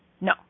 no